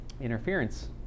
interference